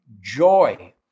joy